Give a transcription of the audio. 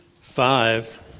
five